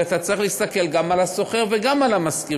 ואתה צריך להסתכל גם על השוכר וגם על המשכיר,